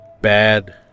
bad